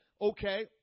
okay